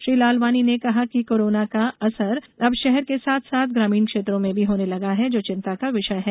श्री लालवानी ने कहा कि कोरोना का असर अब शहर के साथ साथ ग्रामीण क्षेत्रों में भी होने लगा है जो चिंता का विषय है